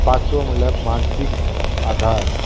पांचवो म्हळ्यार मानसीक आधार